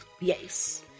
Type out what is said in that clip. Yes